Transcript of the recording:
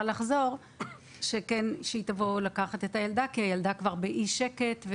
לחזור שתבוא לקחת את הילדה כי הילדה באי שקט.